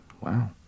Wow